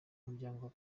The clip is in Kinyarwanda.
umuryango